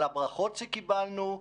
על הברכות שקיבלנו,